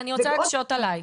לילך, אני רוצה להקשות עלייך.